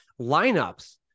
lineups